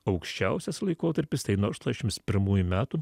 aukščiausias laikotarpis tai nuo aštuoniasdešimt pirmųjų metų